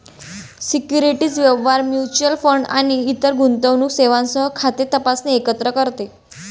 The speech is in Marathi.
सिक्युरिटीज व्यवहार, म्युच्युअल फंड आणि इतर गुंतवणूक सेवांसह खाते तपासणे एकत्र करते